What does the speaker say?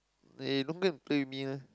eh don't go and play with me lah